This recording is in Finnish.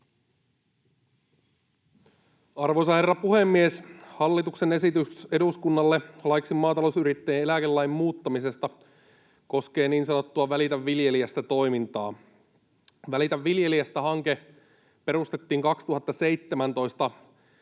Arvoisa herra puhemies! Hallituksen esitys eduskunnalle laiksi maatalousyrittäjän eläkelain muuttamisesta koskee niin sanottua Välitä viljelijästä -toimintaa. Välitä viljelijästä -hanke perustettiin 2017